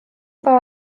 war